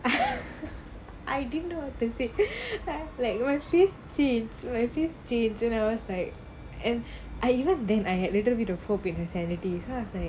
I didn't know what to say I was like ச்சீ ச்சீ ச்சீ:chi chi chi and I was like and I even then I had a little bit of hope in her sanity so I was like